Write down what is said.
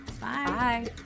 Bye